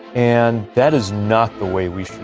and that is not the way we